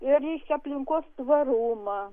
ir aplinkos tvarumą